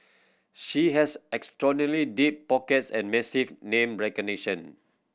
she has extraordinary deep pockets and massive name recognition